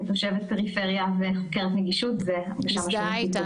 כתושבת פריפריה וחוקרת נגישות זה ממש משמעותי,